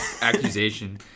accusation